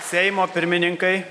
seimo pirmininkai